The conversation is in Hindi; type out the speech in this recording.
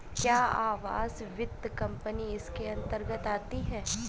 क्या आवास वित्त कंपनी इसके अन्तर्गत आती है?